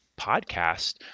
podcast